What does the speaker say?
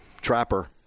Trapper